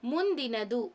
ಮುಂದಿನದು